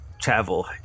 travel